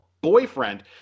boyfriend